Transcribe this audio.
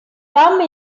come